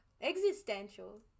existential